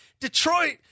Detroit